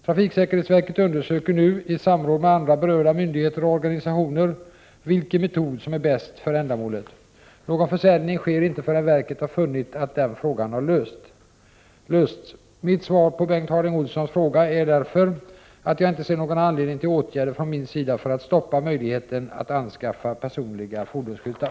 Trafiksäkerhetsverket undersöker nu, i samråd med andra berörda Prot. 1988/89:26 myndigheter och organisationer, vilken metod som är bäst för ändamålet. 17 november 1988 Någon försäljning sker inte förrän verket har funnit att den frågan har lösts. Ze Mitt svar på Bengt Harding Olsons fråga är därför att jag inte ser någon anledning till åtgärder från min sida för att stoppa möjligheten att anskaffa personliga fordonsskyltar.